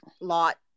lot